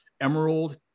Emerald